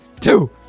Two